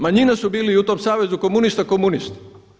Manjine su bile i u tom Savezu komunista komunisti.